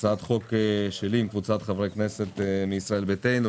הצעת חוק שלי עם קבוצת חברי כנסת מישראל ביתנו,